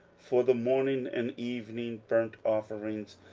for the morning and evening burnt offerings,